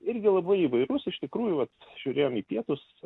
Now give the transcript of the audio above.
irgi labai įvairus iš tikrųjų vat žiūrėjom į pietus